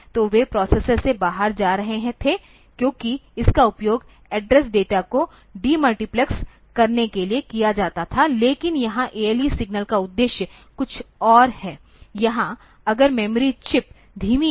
तो वे प्रोसेसर से बाहर जा रहे थे क्योंकि इसका उपयोग एड्रेस डाटा को डेमल्टीप्लेक्स करने के लिए किया जाता था लेकिन यहाँ ALE सिग्नल का उद्देश्य कुछ और है यहाँ अगर मेमोरी चिप धीमी है